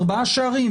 ארבעה שערים,